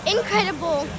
Incredible